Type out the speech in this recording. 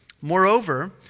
Moreover